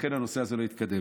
ולכן הנושא הזה לא התקדם.